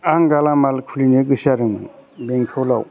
आं गेलामाल खुलिनो गोसो जादोंमोन बेंटलाव